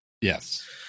Yes